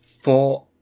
Four